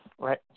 Right